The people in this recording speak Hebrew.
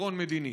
פתרון מדיני.